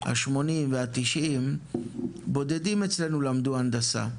80 וה-90 בודדים אצלנו למדו הנדסה,